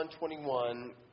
121